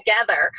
together